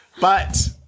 But-